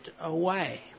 away